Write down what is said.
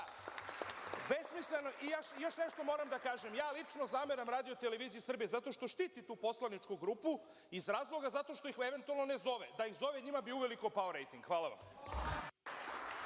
iz opozicije. Još nešto moram da kažem. Lično zameram Radio-televiziji Srbije zato što štiti tu poslaničku grupu, iz razloga zato što ih eventualno ne zove, jer, da ih zove, njima bi uveliko pao rejting. Hvala